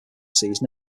season